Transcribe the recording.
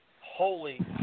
holy